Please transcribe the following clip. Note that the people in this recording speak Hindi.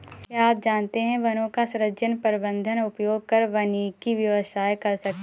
क्या आप जानते है वनों का सृजन, प्रबन्धन, उपयोग कर वानिकी व्यवसाय कर सकते है?